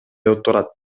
отурат